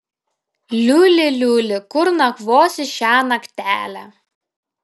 liuli liuli kur nakvosi šią naktelę